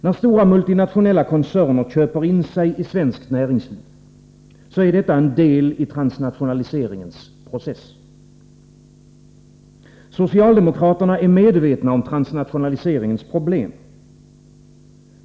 När stora multinationella koncerner köper in sig i svenskt näringsliv är detta en del i transnationaliseringens process. Socialdemokraterna är medvetna om transnationaliseringens problem.